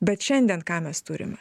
bet šiandien ką mes turime